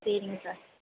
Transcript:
சரிங்க சார்